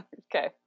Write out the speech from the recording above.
Okay